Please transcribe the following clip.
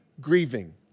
grieving